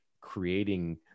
creating